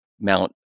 mount